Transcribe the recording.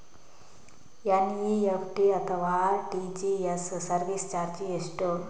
NEFT ಅಥವಾ RTGS service charge ಎಷ್ಟು?